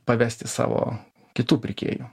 pavesti savo kitų pirkėjų